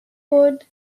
wood